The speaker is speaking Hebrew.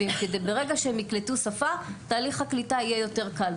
ברגע שהם יקלטו את השפה תהליך הקליטה יהיה יותר קל.